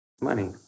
money